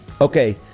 Okay